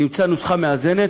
נמצא נוסחה מאזנת.